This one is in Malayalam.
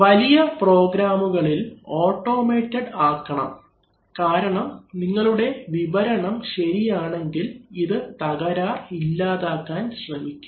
വലിയ പ്രോഗ്രാമുകളിൽ ഓട്ടോമേറ്റഡ് ആക്കണം കാരണം നിങ്ങളുടെ വിവരണം ശരിയാണെങ്കിൽ ഇത് തകരാർ ഇല്ലാതാക്കാൻ ശ്രമിക്കും